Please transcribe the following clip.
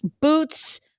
boots